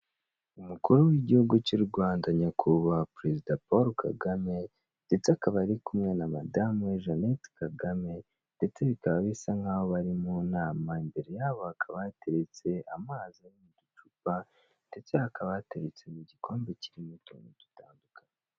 Umukuru w'igihugu cy'U Rwanda nyakubahwa perezida Paul Kagame ndetse akaba ari kumwe na madamu we Jannet Kagame ndetse bikaba bisa nkaho bari mu nama imbere yabo hakaba hateretse amazi ari mu icupa ndetse hakaba hateretse n'igikombe kirimo utuntu dutandukanye.